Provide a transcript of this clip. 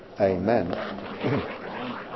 Amen